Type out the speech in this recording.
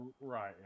Right